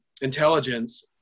intelligence